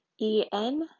E-N